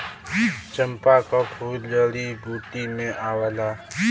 चंपा क फूल जड़ी बूटी में आवला